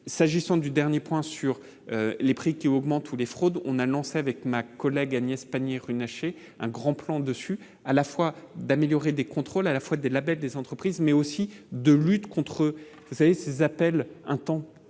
s'agissant du dernier point sur les prix qui augmentent ou les fraudes, on annonce avec ma collègue Agnès Pannier Runacher un grand plan dessus à la fois d'améliorer des contrôles à la fois de la dette des entreprises mais aussi de lutte contre vous savez ces appels un temps